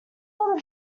all